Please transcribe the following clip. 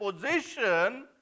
position